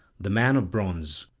the man of bronze,